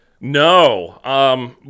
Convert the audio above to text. No